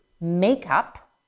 makeup